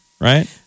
Right